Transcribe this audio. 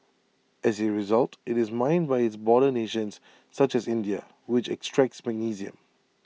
as A result IT is mined by its border nations such as India which extracts magnesium